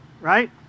right